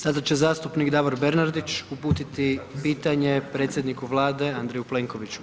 Sada će zastupnik Davor Bernardić uputiti pitanje predsjedniku Vlade Andreju Plenkoviću.